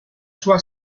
sua